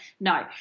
no